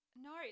no